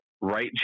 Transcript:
Right